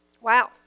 Wow